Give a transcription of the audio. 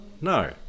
no